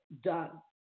done